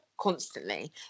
constantly